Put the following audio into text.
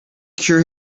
cure